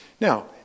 Now